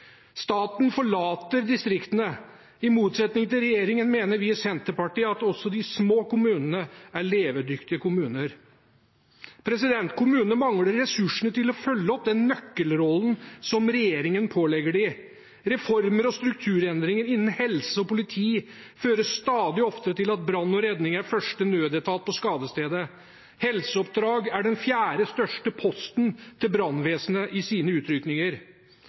Staten forlater distriktene. I motsetning til regjeringen mener vi i Senterpartiet at også de små kommunene er levedyktige kommuner. Kommunene mangler ressursene til å følge opp den nøkkelrollen regjeringen pålegger dem. Reformer og strukturendringer innen helse og politi fører stadig oftere til at brann og redning er første nødetat på skadestedet. Helseoppdrag er den fjerde største posten til brannvesenet i